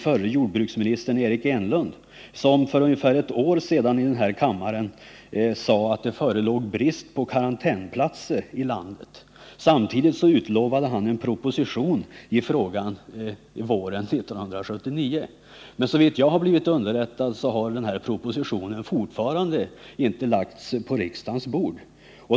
Förre jordbruksministern, Eric Enlund, sade för ungefär ett år sedan i denna kammare att det förelåg brist på karantänsplatser i landet. Samtidigt utlovade han en proposition i frågan våren 1979. Men såvitt jag vet har denna proposition ännu inte lagts på riksdagens bord.